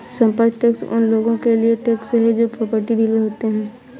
संपत्ति टैक्स उन लोगों के लिए टैक्स है जो प्रॉपर्टी डीलर होते हैं